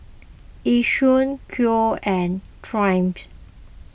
Yishion Koi and Triumph